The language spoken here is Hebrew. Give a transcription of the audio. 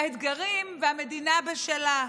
והאתגרים והמדינה בשלהם.